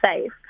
safe